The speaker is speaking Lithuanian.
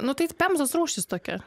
nu tai pemzos rūšis tokia